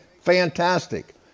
Fantastic